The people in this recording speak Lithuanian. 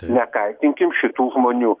nekaltinkim šitų žmonių